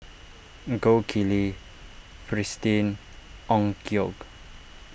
Gold Kili Fristine Onkyo